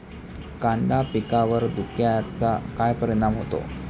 कांदा पिकावर धुक्याचा काय परिणाम होतो?